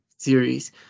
series